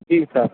जी sir